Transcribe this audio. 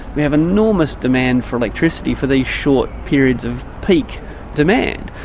we have enormous demand for electricity for these short periods of peak demand.